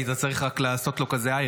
היית צריך רק לעשות לו כזה: היי,